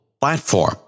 platform